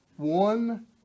one